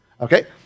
okay